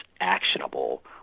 actionable